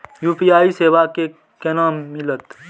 UPI के सेवा केना मिलत?